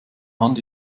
hand